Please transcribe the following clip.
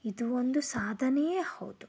ಇದು ಒಂದು ಸಾಧನೆಯೇ ಹೌದು